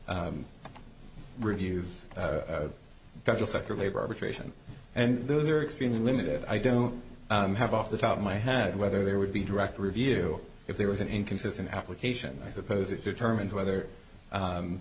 s reviews federal sector labor arbitration and those are extremely limited i don't have off the top of my head whether there would be direct review if there was an inconsistent application i suppose it determines whether